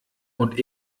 und